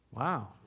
Wow